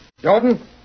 Jordan